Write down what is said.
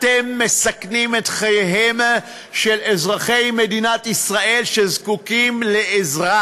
אתם מסכנים את חייהם של אזרחי מדינת ישראל שזקוקים לעזרה.